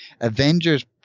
Avengers